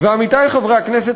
ועמיתי חברי הכנסת,